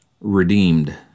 Redeemed